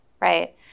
right